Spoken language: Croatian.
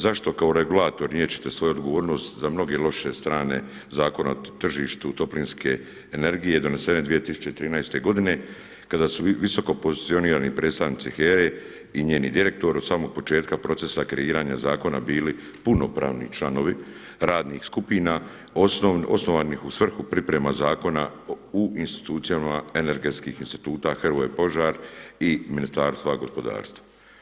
Zašto kao regulator niječete svoju odgovornost za mnoge loše strane Zakona o tržištu toplinske energije donesene 2013. godine kada su visoko pozicionirani predstavnici HERA-e i njen direktor od samog početka procesa kreiranja zakona bili punopravni članovi radnih skupina osnovanih u svrhu priprema zakona u institucijama energetskih instituta Hrvoje Požar i Ministarstva gospodarstva.